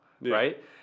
right